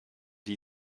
die